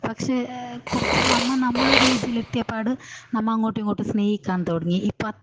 പക്ഷേ കുറച്ച് നമ്മൾ നമ്മൾ ഒരു ഏജിലെത്തിയപാട് നമ്മൾ അങ്ങോട്ടുമിങ്ങോട്ടും സ്നേഹിക്കാൻ തുടങ്ങി ഇപ്പോൾ അത്ര